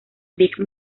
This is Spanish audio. big